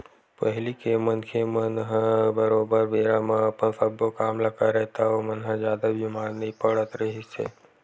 पहिली के मनखे मन ह बरोबर बेरा म अपन सब्बो काम ल करय ता ओमन ह जादा बीमार नइ पड़त रिहिस हे